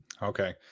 Okay